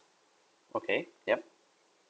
okay yup